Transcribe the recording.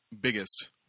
biggest